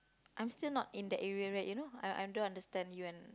I'm still not in that area right you know I under understand you and